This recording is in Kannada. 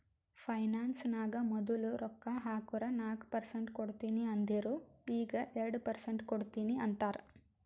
ಫೈನಾನ್ಸ್ ನಾಗ್ ಮದುಲ್ ರೊಕ್ಕಾ ಹಾಕುರ್ ನಾಕ್ ಪರ್ಸೆಂಟ್ ಕೊಡ್ತೀನಿ ಅಂದಿರು ಈಗ್ ಎರಡು ಪರ್ಸೆಂಟ್ ಕೊಡ್ತೀನಿ ಅಂತಾರ್